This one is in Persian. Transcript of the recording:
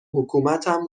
حکومتم